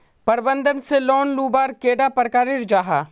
प्रबंधन से लोन लुबार कैडा प्रकारेर जाहा?